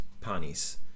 panis